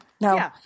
no